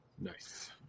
Nice